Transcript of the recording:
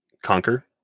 Conquer